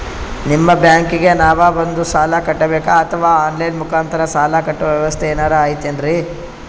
ನಿಮ್ಮ ಬ್ಯಾಂಕಿಗೆ ನಾವ ಬಂದು ಸಾಲ ಕಟ್ಟಬೇಕಾ ಅಥವಾ ಆನ್ ಲೈನ್ ಮುಖಾಂತರ ಸಾಲ ಕಟ್ಟುವ ವ್ಯೆವಸ್ಥೆ ಏನಾರ ಐತೇನ್ರಿ?